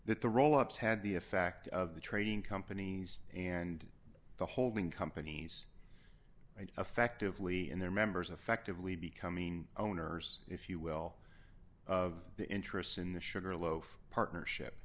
that the roll ups had the effect of the trading companies and the holding companies and effectively in their members affectively becoming owners if you will of the interests in the sugarloaf partnership